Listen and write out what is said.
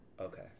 Okay